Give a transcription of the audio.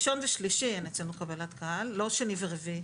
ראשון ושלישי אין אצלנו קבלת קהל, לא שני ורביעי.